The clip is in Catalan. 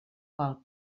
colp